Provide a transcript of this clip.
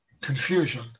confusion